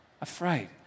afraid